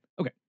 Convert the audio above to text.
okay